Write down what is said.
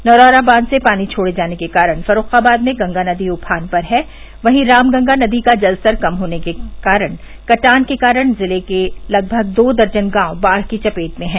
नरौरा बांध से पानी छोड़े जाने के कारण फर्रूखाबाद में गंगा नदी उफान पर है वहीं रामगंगा नदी का जलस्तर कम होने से कटान के कारण जिले के लगभग दो दर्जन गांव बाढ़ की चपेट में है